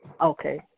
Okay